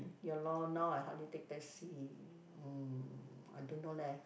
ya lor now I hardly take taxi mm I don't know leh